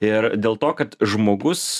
ir dėl to kad žmogus